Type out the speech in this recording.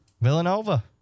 Villanova